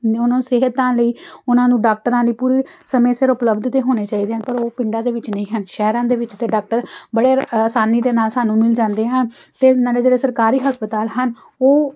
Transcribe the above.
ਨੇ ਉਹਨਾਂ ਨੂੰ ਸਿਹਤਾਂ ਲਈ ਉਹਨਾਂ ਨੂੰ ਡਾਕਟਰਾਂ ਨੇ ਪੂਰੀ ਸਮੇਂ ਸਿਰ ਉਪਲਬਧ ਤਾਂ ਹੋਣੇ ਚਾਹੀਦੇ ਆ ਪਰ ਉਹ ਪਿੰਡਾਂ ਦੇ ਵਿੱਚ ਨਹੀਂ ਹਨ ਸ਼ਹਿਰਾਂ ਦੇ ਵਿੱਚ ਤਾਂ ਡਾਕਟਰ ਬੜੇ ਆਸਾਨੀ ਦੇ ਨਾਲ ਸਾਨੂੰ ਮਿਲ ਜਾਂਦੇ ਆ ਅਤੇ ਨਾਲੇ ਜਿਹੜੇ ਸਰਕਾਰੀ ਹਸਪਤਾਲ ਹਨ ਉਹ